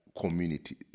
community